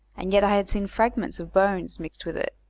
and yet i had seen fragments of bones mixed with it,